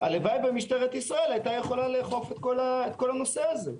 הלוואי שמשטרת ישראל היתה יכולה לאכוף את כל הנושא הזה,